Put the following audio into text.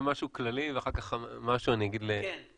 אני אגיד לכם משהו כללי ואחר כך משהו ל המשטרה,